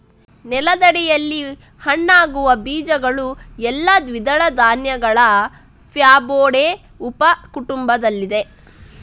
ನೆಲದಡಿಯಲ್ಲಿ ಹಣ್ಣಾಗುವ ಬೀಜಗಳು ಎಲ್ಲಾ ದ್ವಿದಳ ಧಾನ್ಯಗಳ ಫ್ಯಾಬೊಡೆ ಉಪ ಕುಟುಂಬದಲ್ಲಿವೆ